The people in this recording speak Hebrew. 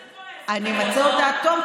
אני אמצה אותן עד תום,